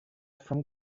from